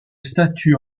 statue